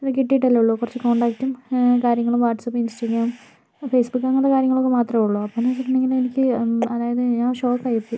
കിട്ടിട്ടല്ലേ ഉള്ളൂ കുറച്ച് കോണ്ടാക്റ്റും കാര്യങ്ങളും വാട്സ്അപ്പും ഇൻസ്റ്റാഗ്രാം ഫേസ്ബുക്ക് അങ്ങനത്തെ കാര്യങ്ങളൊക്കെ മാത്രേ ഉള്ളൂ അപ്പോന്ന് വച്ചിട്ടുണ്ടെങ്കിൽ എനിക്ക് അതായത് ഞാൻ ഷോക്ക് ആയിപ്പോയി